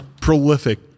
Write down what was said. Prolific